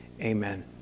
amen